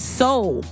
soul